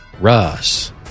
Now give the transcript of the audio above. Russ